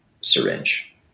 syringe